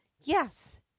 Yes